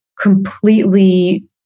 completely